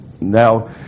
Now